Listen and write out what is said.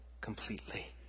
completely